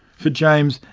for james,